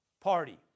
party